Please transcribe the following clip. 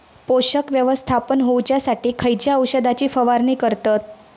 पोषक व्यवस्थापन होऊच्यासाठी खयच्या औषधाची फवारणी करतत?